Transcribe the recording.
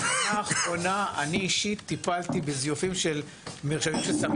בשנה האחרונה אני אישית טיפלתי בזיופים של מרשמים של סמים